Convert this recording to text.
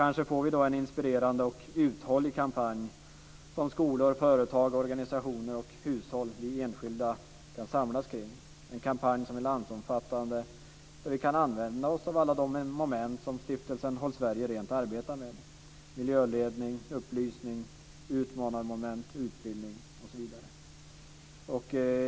Kanske får vi då en inspirerande och uthållig kampanj som skolor, företag, organisationer, hushåll och enskilda människor kan samlas kring, en kampanj som är landsomfattande där vi kan använda oss av alla de moment som Stiftelsen Håll Sverige Rent arbetar med - miljöledning, upplysning, utmanarmoment, utbildning, osv.